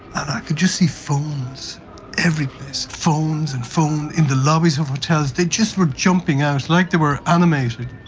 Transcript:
and i could just see phones every place, phones and phones, in the lobbies of hotels, they just were jumping out, like they were animated.